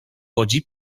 łodzi